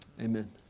Amen